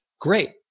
Great